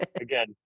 again